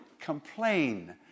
complain